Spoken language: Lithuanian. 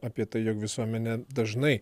apie tai jog visuomenė dažnai